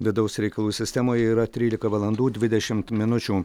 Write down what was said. vidaus reikalų sistemoje yra trylika valandų dvidešimt minučių